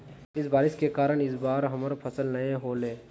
यही बारिश के कारण इ बार हमर फसल नय होले?